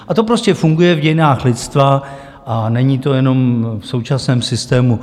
A to prostě funguje v dějinách lidstva a není to jenom v současném systému.